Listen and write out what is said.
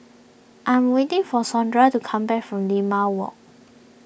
I'm waiting for Sondra to come back from Limau Walk